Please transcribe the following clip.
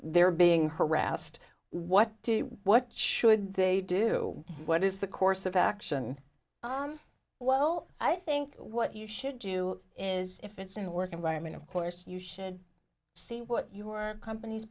they're being harassed what do what should they do what is the course of action well i think what you should do is if it's in the work environment of course you should see what your company's